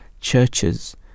churches